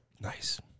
Nice